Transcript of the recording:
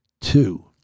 two